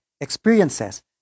experiences